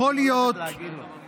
יכול להיות שעכשיו